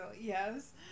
Yes